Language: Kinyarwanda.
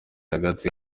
hagati